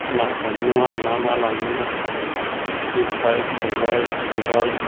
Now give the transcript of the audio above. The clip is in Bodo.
ना हमनायावहाय मा मा लाङो जेखाय खबाय खदाल